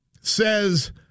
says